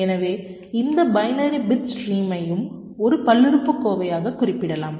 எனவே எந்த binary bit ஸ்ட்ரீமையும் ஒரு பல்லுறுப்புக்கோவையாகக் குறிப்பிடலாம்